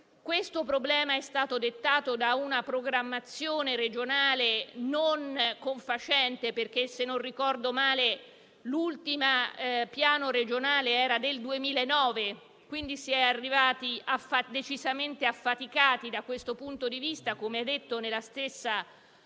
un problema che è stato dettato da una programmazione regionale non confacente, perché - se non ricordo male - l'ultimo piano regionale risale al 2009 e quindi si è arrivati decisamente affaticati, da questo punto di vista, come viene detto nella stessa